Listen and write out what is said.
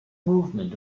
movement